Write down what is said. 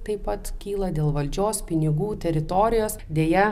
taip pat kyla dėl valdžios pinigų teritorijos deja